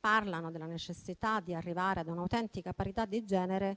parlano della necessità di arrivare a un'autentica parità di genere